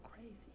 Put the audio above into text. crazy